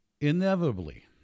Inevitably